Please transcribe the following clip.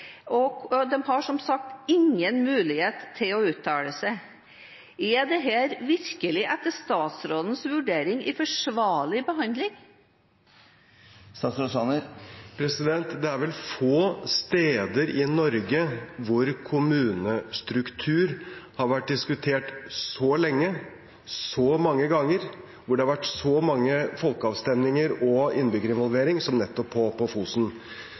og de har, som sagt, ingen mulighet til å uttale seg. Er dette virkelig etter statsrådens vurdering en forsvarlig behandling? Det er vel få steder i Norge hvor kommunestruktur har vært diskutert så lenge, så mange ganger, og hvor det har vært så mange folkeavstemninger og så mye innbyggerinvolvering som nettopp på Fosen.